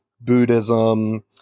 Buddhism